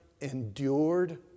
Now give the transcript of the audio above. endured